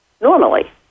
normally